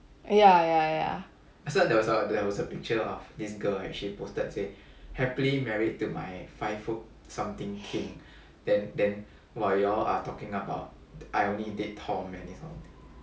ya ya ya